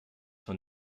von